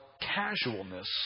casualness